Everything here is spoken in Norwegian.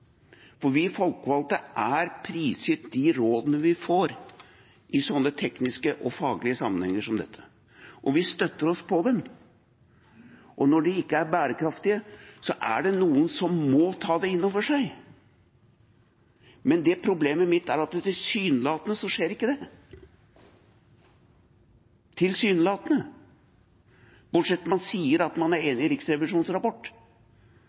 for vi folkevalgte er prisgitt de rådene vi får i slike tekniske og faglige sammenhenger som dette, og vi støtter oss på dem. Når de ikke er bærekraftige, er det noen som må ta det inn over seg. Men problemet mitt er at det tilsynelatende ikke skjer – tilsynelatende – bortsett fra at man sier at man er enig i Riksrevisjonens rapport.